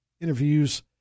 interviews